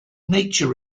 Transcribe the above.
nature